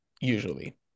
usually